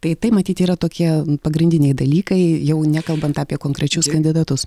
tai tai matyt yra tokie pagrindiniai dalykai jau nekalbant apie konkrečius kandidatus